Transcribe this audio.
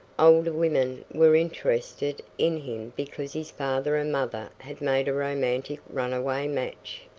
older women were interested in him because his father and mother had made a romantic runaway match,